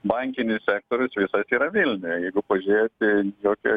bankinis sektorius visas yra vilniuj jeigu pažiūrėti jokio